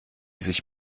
sich